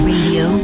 Radio